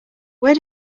where